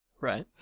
Right